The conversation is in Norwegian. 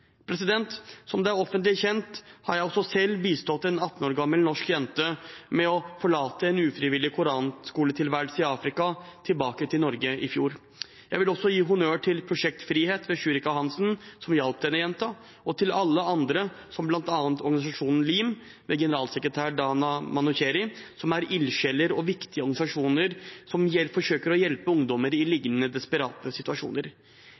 hjelp. Som det er offentlig kjent, bistod jeg også selv en 18 år gammel norsk jente med å forlate en ufrivillig koranskoletilværelse i Afrika og komme tilbake til Norge i fjor. Jeg vil også gi honnør til Prosjekt Frihet, ved Shurika Hansen, som hjalp denne jenta, og til alle andre, som bl.a. organisasjonen LIM, ved generalsekretær Dana Manoucheri, som er ildsjeler og viktige organisasjoner som forsøker å hjelpe ungdommer i lignende desperate situasjoner.